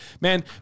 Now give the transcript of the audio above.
Man